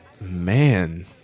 Man